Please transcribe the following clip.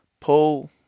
pull